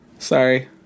sorry